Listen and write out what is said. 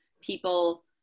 people